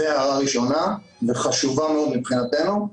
זו הערה ראשונה והיא חשובה מאוד מבחינתנו.